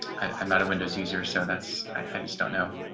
i'm not a windows user. so that's, i just don't know.